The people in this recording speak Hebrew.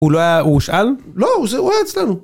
הוא לא היה, הוא הושאל? לא, הוא היה אצלנו.